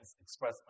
express